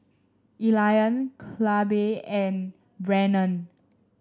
Elian Clabe and Brennon